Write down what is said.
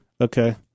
okay